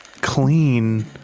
clean